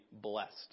blessed